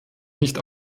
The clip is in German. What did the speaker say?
nicht